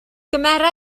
gymera